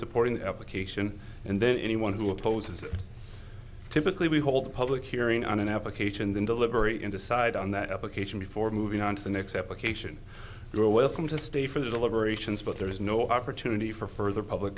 supporting epic ation and then anyone who opposes it typically we hold a public hearing on an application deliberate and decide on that application before moving on to the next application you're welcome to stay for the deliberations but there is no opportunity for further public